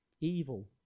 evil